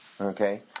Okay